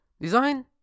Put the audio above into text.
Design